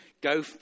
Go